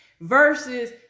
versus